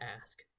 ask